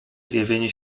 zjawienie